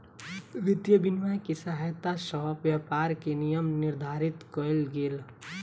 वित्तीय विनियम के सहायता सॅ व्यापार के नियम निर्धारित कयल गेल